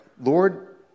Lord